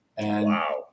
Wow